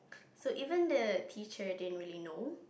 so even the teacher didn't really know